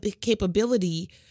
capability